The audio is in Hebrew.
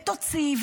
ותוציא,